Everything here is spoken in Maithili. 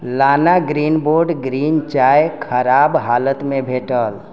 लाना ग्रीनबोर्ड ग्रीन चाय खराब हालतमे भेटल